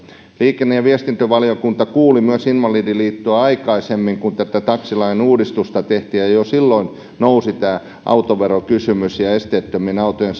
liikenne ja viestintävaliokunta kuuli myös invalidiliittoa aikaisemmin kun tätä taksilain uudistusta tehtiin ja jo silloin nousi tämä autoverokysymys ja esteettömien autojen